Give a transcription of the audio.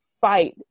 fight